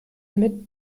mit